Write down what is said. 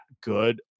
good